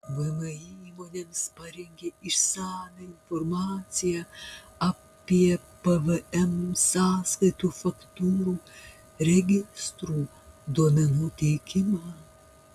vmi įmonėms parengė išsamią informaciją apie pvm sąskaitų faktūrų registrų duomenų teikimą